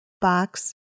box